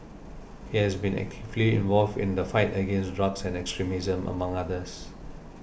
he has been actively involved in the fight against drugs and extremism among others